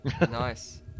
Nice